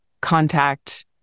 contact